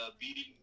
beating